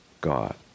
God